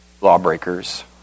lawbreakers